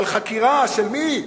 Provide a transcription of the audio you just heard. על חקירה של מי?